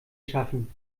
schaffen